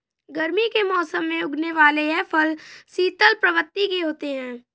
गर्मी के मौसम में उगने वाले यह फल शीतल प्रवृत्ति के होते हैं